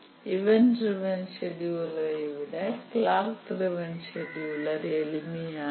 event driven செடியுலரை விட clock driven scheduler எளிமையானது